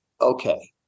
Okay